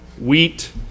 wheat